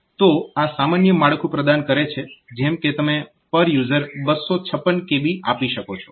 તો આ સામાન્ય માળખું પ્રદાન કરે છે જેમ કે તમે પર યુઝર 256 kB આપી શકો છો